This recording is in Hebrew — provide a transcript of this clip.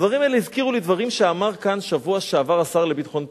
הדברים האלה הזכירו לי דברים שאמר כאן בשבוע שעבר השר לביטחון פנים,